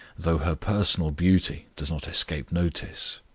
though her personal beauty does not escape notice.